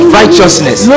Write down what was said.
righteousness